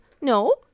No